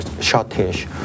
shortage